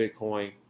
Bitcoin